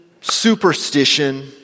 superstition